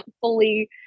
fully